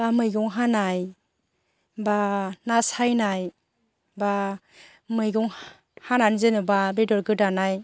बा मैगं हानाय बा ना सायनाय बा मैगं हानानै जेन'बा बेदर गोदानाय